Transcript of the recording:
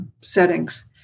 settings